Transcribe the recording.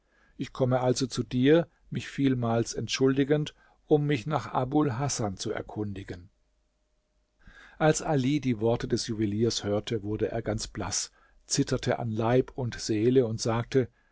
ich komme also zu dir mich vielmals entschuldigend um mich nach abul hasan zu erkundigen als ali die worte des juweliers hörte wurde er ganz blaß zitterte an leib und seele und sagte